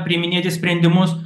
priiminėti sprendimus